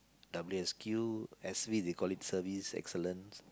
W_S_Q S_E they call it service excellence